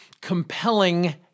compelling